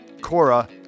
Cora